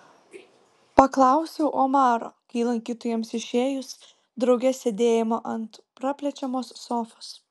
paklausiau omaro kai lankytojams išėjus drauge sėdėjome ant praplečiamos sofos